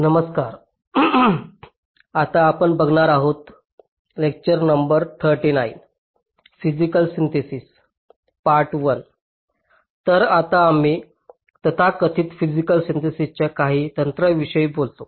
तर आता आम्ही तथाकथित फिसिकल सिन्थेसिसच्या काही तंत्राविषयी बोलतो